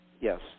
Yes